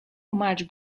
much